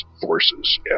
forces